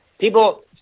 people